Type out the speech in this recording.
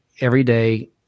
everyday